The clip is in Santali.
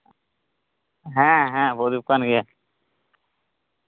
ᱦᱮᱸ ᱦᱮᱸ ᱚᱨᱩᱯ ᱠᱟᱱ ᱜᱤᱭᱟᱹᱧ